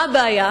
מה הבעיה?